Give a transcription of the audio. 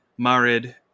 Marid